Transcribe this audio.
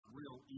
real